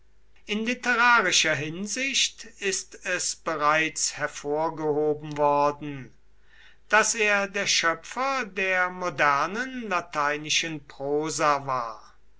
in literarischer hinsicht ist es bereits hervorgehoben worden daß er der schöpfer der modernen lateinischen prosa war